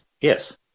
yes